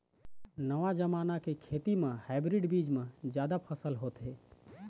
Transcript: नवा जमाना के खेती म हाइब्रिड बीज म जादा फसल होथे